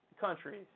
countries